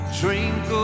drink